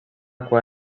cua